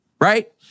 right